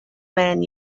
man